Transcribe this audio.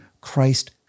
Christ